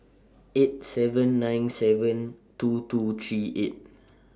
eight seven nine seven two two three eight